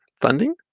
funding